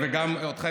תודה, אלכס.